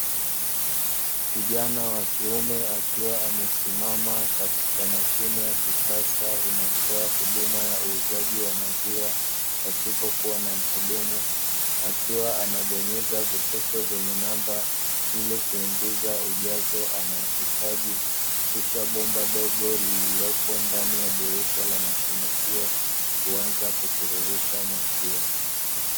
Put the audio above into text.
Kijana wa kiume, akiwa amesimama katika mashine ya kisasa inayotoa huduma ya uuzaji wa maziwa pasipokuwa na mhudumu, akiwa anabonyeza vituko vyenye namba ili kuingiza ujazo anaohitaji kisha bomba dogo lililopo ndani ya dirisha la mashine hiyo huanza kutiririsha maziwa.